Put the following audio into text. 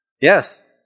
Yes